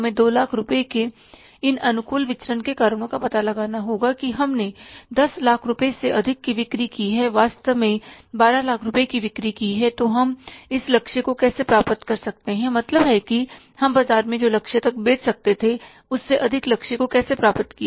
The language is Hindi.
हमें दो लाख रुपये के इन अनुकूल विचरण के कारणों का पता लगाना होगा कि हमने दस लाख रुपये से अधिक की बिक्री की वास्तव में बारह लाख रुपये की बिक्री की है तो हम इस लक्ष्य को कैसे प्राप्त कर सकते हैं मतलब है कि हम बाजार में जो लक्ष्य तक बेच सकते थे उससे अधिक लक्ष्य को कैसे प्राप्त किया